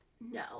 no